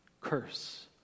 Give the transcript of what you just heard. curse